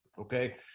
Okay